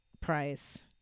price